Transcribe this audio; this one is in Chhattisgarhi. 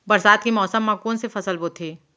बरसात के मौसम मा कोन से फसल बोथे?